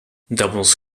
doubles